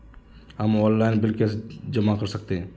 हम online bill कैसे जमा कर सकते हैं?